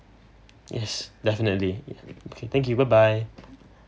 yes definitely okay thank you bye bye